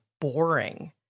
boring